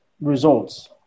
results